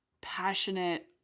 passionate